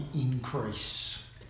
increase